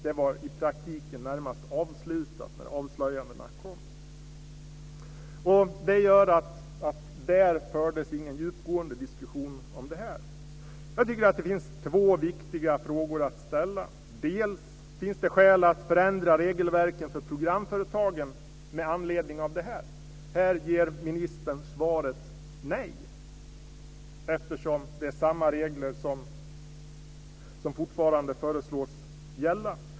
Det var i realiteten närmast avslutat när avslöjandena kom. Det gör att det där inte fördes någon djupgående diskussion om detta. Det finns två viktiga frågor att ställa. Den första frågan är: Finns det skäl att förändra regelverken för programföretagen med anledning av detta? Här ger ministern svaret nej, eftersom det är samma regler som fortfarande föreslås gälla.